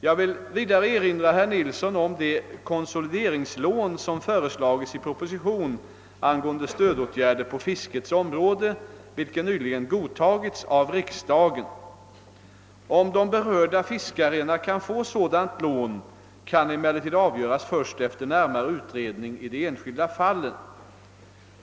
Jag vill vidare erinra herr Nilsson om de konsolideringslån som föreslagits i propositionen angående stödåtgärder på fiskets område, vilken nyligen godtagits av riksdagen. Om berörda fiskare kan få sådant lån kan emellertid avgöras först efter närmare utredning i de enskilda fallen.